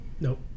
Nope